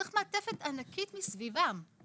צריך מעטפת ענקית סביב המשפחות האלה.